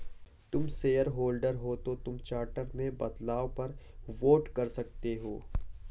तुम शेयरहोल्डर हो तो तुम चार्टर में बदलाव पर वोट कर सकते हो